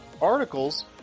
articles